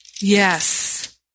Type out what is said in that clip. Yes